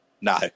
No